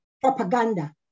propaganda